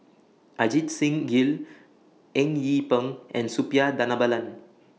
Ajit Singh Gill Eng Yee Peng and Suppiah Dhanabalan